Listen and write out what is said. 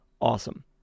awesome